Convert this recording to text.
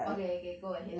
okay okay go ahead